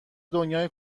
دنیای